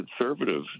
conservative